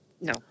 no